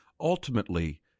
Ultimately